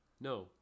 no